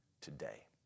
today